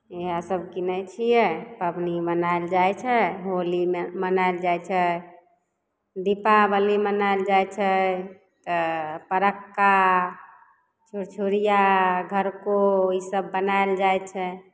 इएह सब कीनय छियै पबनी मनायल जाइ छै होलीमे मनायल जाइ छै दीपावली मनायल जाइ छै तऽ फटक्का छुरछुरिया घर कोइ इसब बनायल जाइ छै